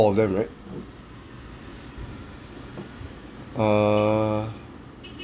of them right err